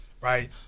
right